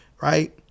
right